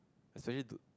especially dude